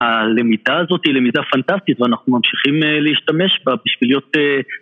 הלמידה הזאת היא למידה פנטסטית ואנחנו ממשיכים להשתמש בה בשביל להיות